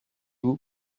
vous